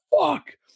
fuck